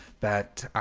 that